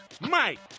Mike